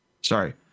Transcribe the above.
sorry